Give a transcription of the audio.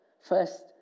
First